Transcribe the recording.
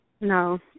No